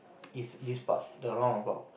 is this part the roundabout